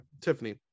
Tiffany